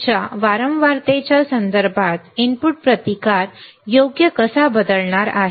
तुमच्या वारंवारतेच्या संदर्भात इनपुट प्रतिकार योग्य कसा बदलणार आहे